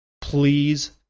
please